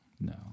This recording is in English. no